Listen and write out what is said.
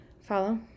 Follow